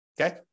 Okay